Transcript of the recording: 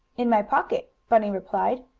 in my pocket, bunny replied.